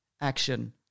action